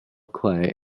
clay